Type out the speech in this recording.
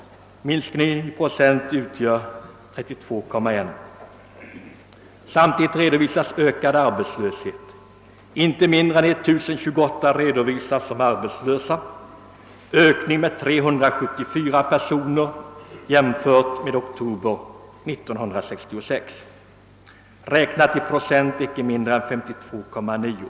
Minskningen utgör i procent 32,1. Samtidigt redovisas ökad arbetslöshet. Inte mindre än 1028 redovisas som arbetslösa, vilket innebär en ökning med 374 personer jämfört med oktober 1966, räknat i procent icke mindre än 52,9.